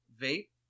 vape